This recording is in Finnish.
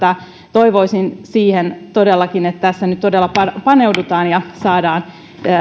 toivoisin todellakin että tähän nyt todella paneudutaan ja saadaan